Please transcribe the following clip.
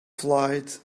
flight